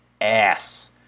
ass